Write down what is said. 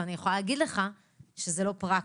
ואני יכולה להגיד לך שזה לא פרקטי.